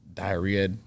diarrhea